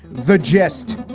the gist?